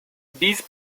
these